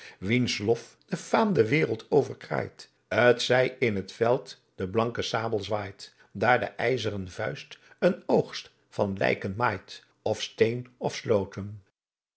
wiens lof de faam de werelt overkraait t zij hij in t veld den blanken sabel zwaait daar de ijzren vuist een oogst van lijken maait of steên of sloten